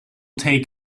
take